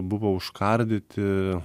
buvo užkardyti